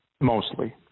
mostly